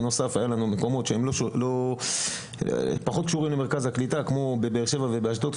בנוסף היו לנו מקומות שפחות קשורים למרכז הקליטה כמו בבאר שבע ובאשדוד.